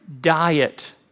diet